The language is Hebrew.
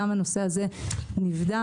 גם הנושא הזה נבחן,